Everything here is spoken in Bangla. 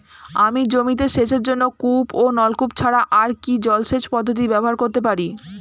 আমি জমিতে সেচের জন্য কূপ ও নলকূপ ছাড়া আর কি জলসেচ পদ্ধতি ব্যবহার করতে পারি?